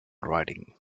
writing